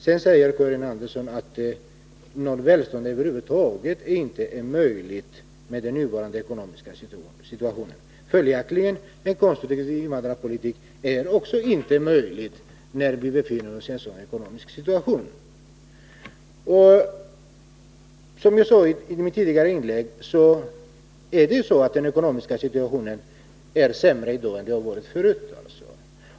Vidare säger Karin Andersson att välstånd över huvud taget inte är möjligt att tänka sig i den nuvarande ekonomiska situationen. Följaktligen är inte heller en konstruktiv invandrarpolitik möjlig i den ekonomiska situation som vi nu befinner oss i. Som jag sade i mitt tidigare inlägg är den ekonomiska situationen i dag sämre än den någonsin varit.